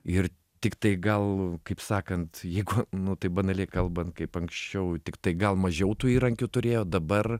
ir tiktai gal kaip sakant jeigu nu taip banaliai kalbant kaip anksčiau tiktai gal mažiau tų įrankių turėjo dabar